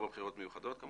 לא בבחירות מיוחדות.